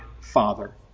Father